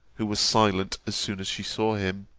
who was silent as soon as she saw him